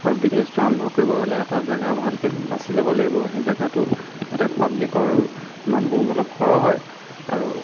আৰু বিজনেছটো আৰম্ভ কৰিবলৈ হ'লে এটা জেগা ভালকৈ বাচি ল'ব লাগিব সেই জেগাটোত যাতে পাব্লিকৰ মানুহ অলপ সৰহ হয় আৰু